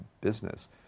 business